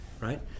right